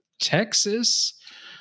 Texas